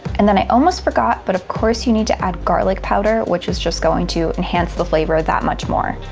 and then i almost forgot, but of course, you need to add garlic powder, which is just going to enhance the flavor that much more.